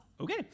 Okay